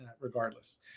regardless